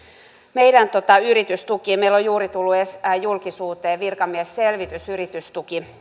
meidän yritystukiin meillä on juuri tullut julkisuuteen virkamiesselvitys yritystukien